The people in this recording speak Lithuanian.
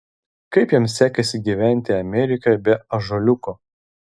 kaip jam sekėsi gyventi amerikoje be ąžuoliuko